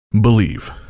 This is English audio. Believe